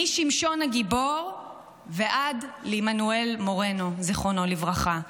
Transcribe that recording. משמשון הגיבור ועד לעמנואל מורנו, זיכרונו לברכה.